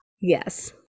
Yes